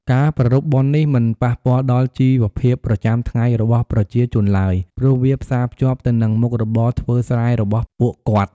ការប្រារព្ធបុណ្យនេះមិនប៉ះពាល់ដល់ជីវភាពប្រចាំថ្ងៃរបស់ប្រជាជនឡើយ ព្រោះវាផ្សារភ្ជាប់ទៅនឹងមុខរបរធ្វើស្រែរបស់ពួកគាត់។